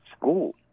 school